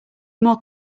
more